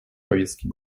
повестке